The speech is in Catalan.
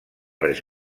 res